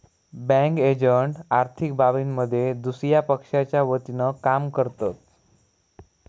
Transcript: bank agent आर्थिक बाबींमध्ये दुसया पक्षाच्या वतीनं काम करतत